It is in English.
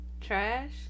Trash